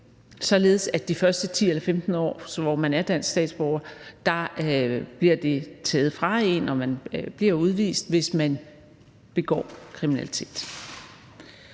således at det de første 10 eller 15 år, hvor man er dansk statsborger, bliver taget fra en og man bliver udvist, hvis man begår kriminalitet.